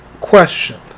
Question